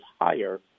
higher